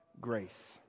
grace